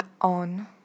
on